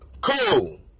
Cool